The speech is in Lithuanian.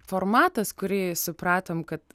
formatas kurį supratom kad